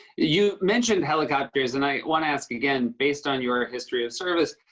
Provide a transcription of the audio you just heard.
you mentioned helicopters, and i want to ask again, based on your history of service,